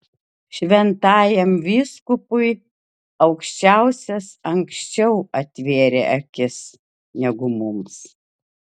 šventajam vyskupui aukščiausias anksčiau atvėrė akis negu mums